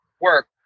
work